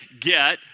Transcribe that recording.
get